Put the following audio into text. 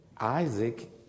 Isaac